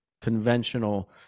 conventional